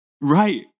Right